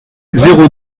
zéro